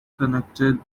connected